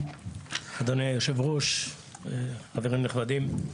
אדוני היושב-ראש, חברים נכבדים,